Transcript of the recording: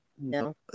No